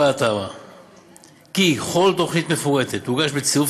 התמ"א קובעת כי כל תוכנית מפורטת תוגש בצירוף